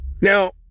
Now